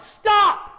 stop